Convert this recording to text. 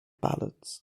ballads